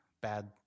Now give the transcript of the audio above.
bad